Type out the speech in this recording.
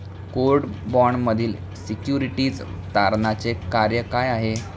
Court बाँडमधील securities तारणाचे कार्य काय आहे?